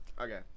Okay